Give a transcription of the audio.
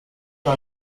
war